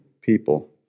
people